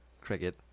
cricket